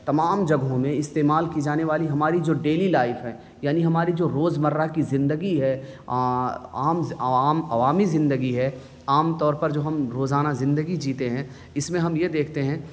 تمام جگہوں میں استعمال کی جانے والی ہماری جو ڈیلی لائف ہے یعنی ہماری جو روز مرہ کی زندگی ہے عام عام عوامی زندگی ہے عام طور پر جو ہم روزانہ زندگی جیتے ہیں اس میں ہم یہ دیکھتے ہیں